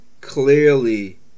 clearly